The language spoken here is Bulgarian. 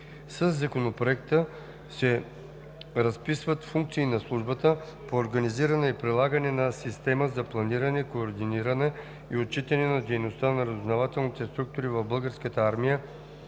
Със Законопроекта се разписват функции на Службата по организиране и прилагане на система за планиране, координиране и отчитане на дейността на разузнавателните структури в Българската армия